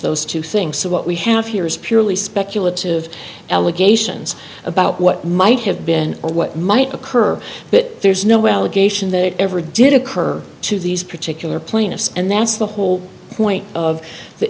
those two things so what we have here is purely speculative allegations about what might have been or what might occur but there's no allegation that it ever did occur to these particular plaintiffs and that's the whole point of the